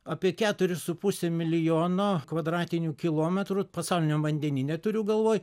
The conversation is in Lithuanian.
apie keturis su puse milijono kvadratinių kilometrų pasauliniam vandenyne turiu galvoj